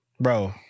Bro